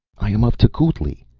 i am of tecuhltli.